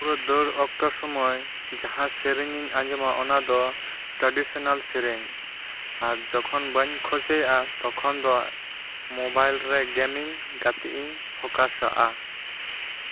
ᱯᱩᱨᱟᱹ ᱫᱟᱹᱲ ᱚᱠᱛᱚ ᱥᱚᱢᱚᱭ ᱡᱟᱦᱟᱸ ᱥᱮᱨᱮᱧᱤᱧ ᱟᱸᱡᱚᱢᱟ ᱚᱱᱟ ᱫᱚ ᱴᱨᱟᱰᱤᱥᱚᱱᱟᱞ ᱥᱮᱨᱮᱧ ᱟᱨ ᱡᱚᱠᱷᱚᱱ ᱵᱟᱹᱧ ᱠᱩᱥᱤᱭᱟᱜᱼᱟ ᱛᱚᱠᱷᱚᱱ ᱫᱚ ᱢᱳᱵᱟᱭᱤᱞ ᱨᱮ ᱜᱮᱢᱤᱧ ᱜᱟᱛᱮᱜ ᱤᱧ ᱯᱷᱳᱠᱟᱥᱟᱜᱼᱟ